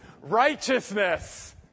Righteousness